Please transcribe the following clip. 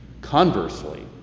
Conversely